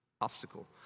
Obstacle